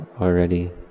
already